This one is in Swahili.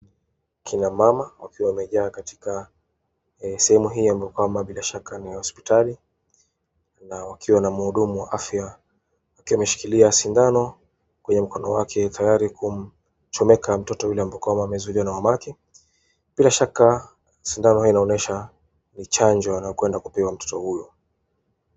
Kina mama, wakiwa wamejaa katika sehemu hii ambayo kwamba bila shaka ni hospitali, na wakiwa na mhudumu wa afya, akiwa ameshikilia sindano, kwenye mkono wake tayari kumchomeka mtoto yule ambaye amezuiliwa na mamake, bila shaka, sindano hii inaonyesha, ni chanjo anayokwenda kupewa mtoto huyo.